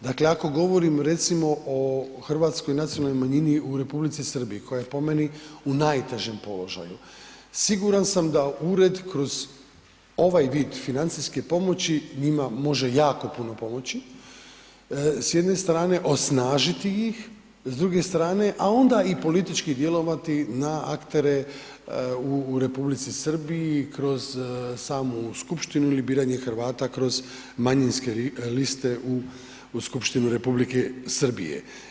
Dakle, ako govorim recimo o hrvatskoj nacionalnoj manjini u Republici Srbiji, koja je po meni u najtežem položaju, siguran sam ga ured kroz ovaj vid financijske pomoći njima može jako puno pomoći, s jedne strane osnažiti ih, s druge strane, a onda i politički djelovati na aktere u Republici Srbiji kroz samu skupštinu ili biranje Hrvata kroz manjinske liste u skupštinu Republike Srbije.